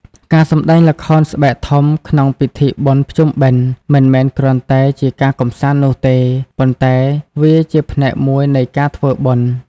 ការសម្តែងល្ខោនស្បែកធំក្នុងពិធីបុណ្យភ្ជុំបិណ្ឌ មិនមែនគ្រាន់តែជាការកម្សាន្តនោះទេ ប៉ុន្តែវាជាផ្នែកមួយនៃការ ធ្វើបុណ្យ។